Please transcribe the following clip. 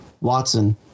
Watson